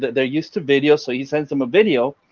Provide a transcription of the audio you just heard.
they're used to video so he sends them a video.